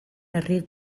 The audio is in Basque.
herri